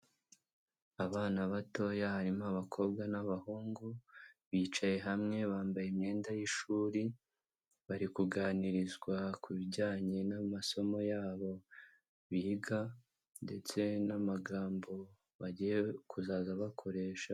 Abana batoya harimo abakobwa n'abahungu bicaye hamwe, bambaye imyenda y'ishuri bari kuganirizwa ku bijyanye n'amasomo yabo biga ndetse n'amagambo bagiye kuzaza bakoresha.